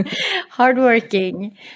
Hardworking